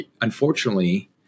unfortunately